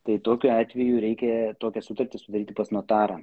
tai tokiu atveju reikia tokią sutartį sudaryti pas notarą